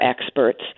experts